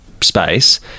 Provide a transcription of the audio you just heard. space